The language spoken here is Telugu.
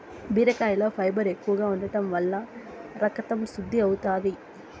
బీరకాయలో ఫైబర్ ఎక్కువగా ఉంటం వల్ల రకతం శుద్ది అవుతాది